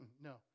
No